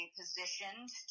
positioned